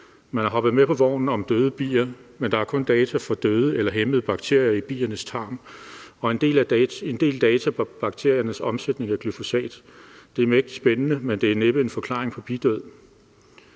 Man er hoppet med på vognen om døde bier, men der er kun data for døde eller hæmmede bakterier i biernes tarme og en del data for bakteriernes omsætning af glyfosat. Det er mægtig spændende, men det er næppe en forklaring på bidød.